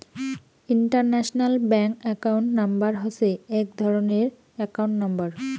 international bank account number হসে এক ধরণের একাউন্ট নম্বর